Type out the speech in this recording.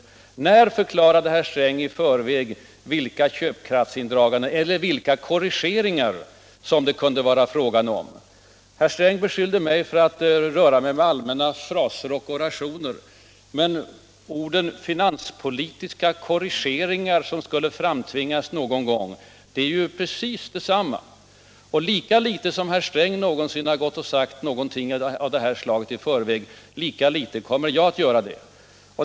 När förklarade herr Sträng i förväg vilka köpkraftsindragande åtgärder eller korrigeringar som det kunde bli fråga om? Herr Sträng beskyllde mig för allmänna fraser och orationer, men orden om ”finanspolitiska korrigeringar”, som skulle framtvingas någon gång, är ju i så fall precis detsamma. Lika litet som herr Sträng någonsin har sagt något av det slaget i förväg, lika litet kommer jag att göra det.